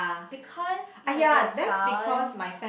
because like I found